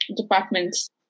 departments